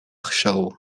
show